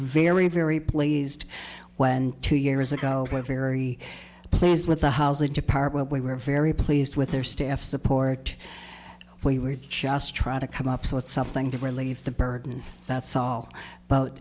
very very pleased when two years ago we're very pleased with the housing department we were very pleased with their staff support we were just trying to come up so it's something to relieve the burden that's all